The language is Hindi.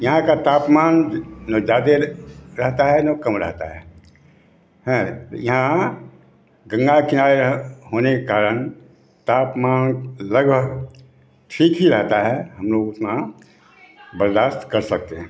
यहाँ का तापमान ना ज़्यादा रहता है ना कम रहता है हैं यहाँ गंगा किनारे यह होने के कारण तापमान लगभग ठीक ही रहता है हम लोग उतना बर्दाश्त कर सकते हैं